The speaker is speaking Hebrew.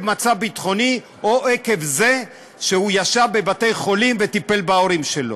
מצב ביטחוני או עקב זה שהוא ישב בבתי-חולים וטיפל בהורים שלו.